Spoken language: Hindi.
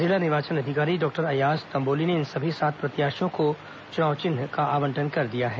जिला निर्वाचन अधिकारी डॉक्टर अय्याज तंबोली ने इन सभी सात प्रत्याशियों को चुनाव चिन्ह का आवंटन कर दिया है